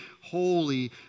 holy